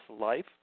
life